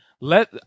let